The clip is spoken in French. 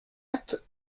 acte